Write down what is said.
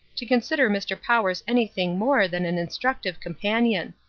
to consider mr. powers anything more than an instructive companion.